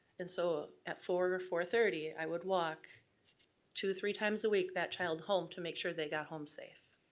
and so at four or four thirty, i would walk two, three times a week, that child home to make sure they got home safe.